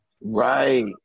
Right